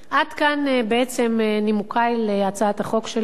עד כאן בעצם נימוקי להצעת החוק שלי.